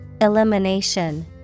Elimination